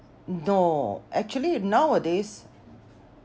no actually nowadays